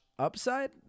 upside